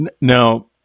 Now